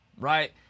right